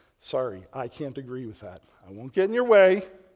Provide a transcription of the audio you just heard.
sorry, i can't agree with that. i won't get in your way,